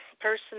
person